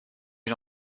ich